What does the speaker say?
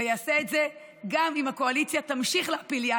אני אעשה את זה גם אם הקואליציה תמשיך להפיל לי,